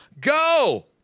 go